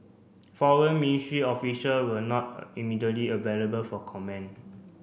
Foreign Ministry official were not immediately available for comment